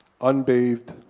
Unbathed